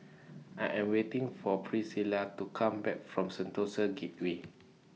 I Am waiting For Priscila to Come Back from Sentosa Gateway